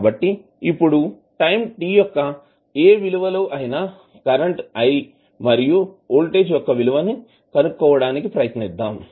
కాబట్టి ఇప్పుడు time t యొక్క ఏ విలువ లో అయినా కరెంట్ i మరియు వోల్టేజ్ యొక్క విలువను కనుక్కోవడానికి ప్రయత్నిద్దాం